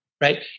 Right